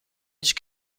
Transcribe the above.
each